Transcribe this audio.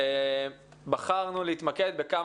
אביגדור קפלן, בוקר טוב לחבר הכנסת שמכבד